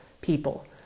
people